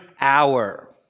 hour